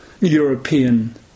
European